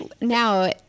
now